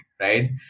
right